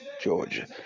Georgia